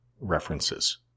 references